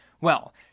Well